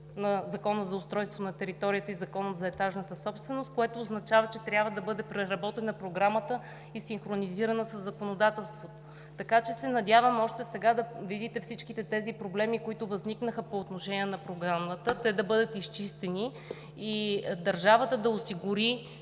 на Закона за устройство на територията и на Закона за етажната собственост, което означава, че Програмата трябва да бъде преработена и синхронизирана със законодателството. Надявам се още сега да видите всички тези проблеми, които възникнаха по отношение на Програмата, те да бъдат изчистени и държавата да осигури